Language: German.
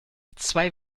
zwei